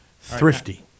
Thrifty